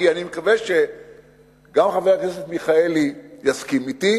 אני מקווה שגם חבר הכנסת מיכאלי יסכים אתי